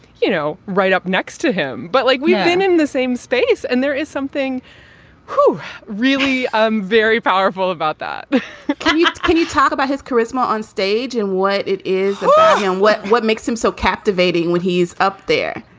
you know, right up next to him, but like we've been in the same space. and there is something who really um very powerful about that can you. can you talk about his charisma on stage and what it is and what what makes him so captivating when he's up there?